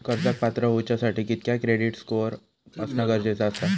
कर्जाक पात्र होवच्यासाठी कितक्या क्रेडिट स्कोअर असणा गरजेचा आसा?